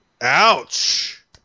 Ouch